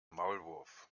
maulwurf